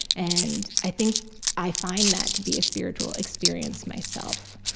and i think i find that to be a spiritual experience, myself.